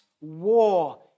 war